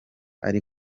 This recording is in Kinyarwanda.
ari